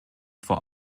vor